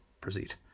Proceed